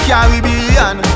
Caribbean